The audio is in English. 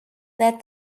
that